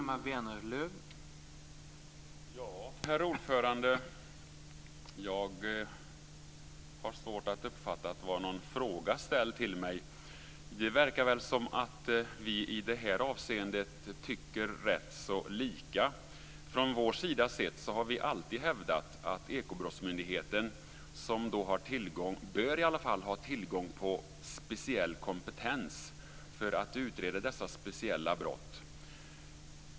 Herr talman! Jag har svårt att uppfatta att någon fråga ställdes till mig. Det verkar som om vi i det här avseendet tycker rätt så lika. Vi har från vår sida alltid hävdat att Ekobrottsmyndigheten, som bör ha tillgång till speciell kompetens, ska utreda dessa speciella brott.